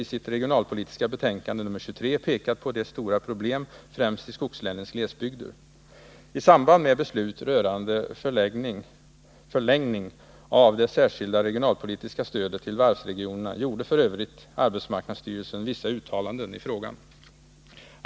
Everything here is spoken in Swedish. i sitt regionalpolitiska ” betänkande nr 23 pekat på de stora problemen främst i skogslänens glesbygder. I samband med beslutet rörande förlängning av det särskilda regionalpolitiska stödet till varvsregionerna gjorde f. ö. arbetsmarknadsstyrelsen vissa uttalanden i frågan.